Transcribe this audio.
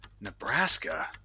Nebraska